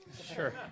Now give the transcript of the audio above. Sure